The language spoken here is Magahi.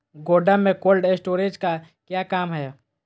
गोडम में कोल्ड स्टोरेज का क्या काम है?